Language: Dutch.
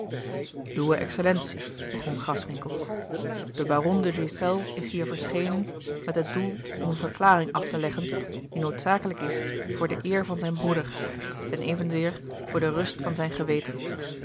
uwe excellentie begon graswinckel de baron de ghiselles is hier verschenen met het doel om eene verklaring af te leggen die noodzakelijk is voor de eer van zijn broeder en evenzeer voor de rust van zijn geweten